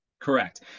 Correct